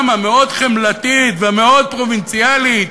המאוד-חמלתית והמאוד-פרובינציאלית,